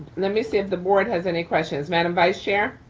let me see if the board has any questions. madam vice chair.